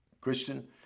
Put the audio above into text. Christian